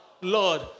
Lord